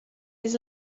his